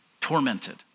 tormented